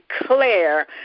declare